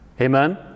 Amen